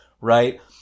right